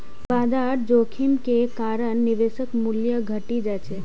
बाजार जोखिम के कारण निवेशक मूल्य घटि जाइ छै